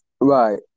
Right